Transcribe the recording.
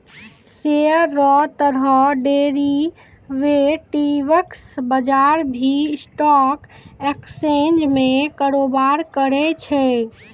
share रो तरह derivatives बजार भी स्टॉक एक्सचेंज में कारोबार करै छै